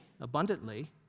abundantly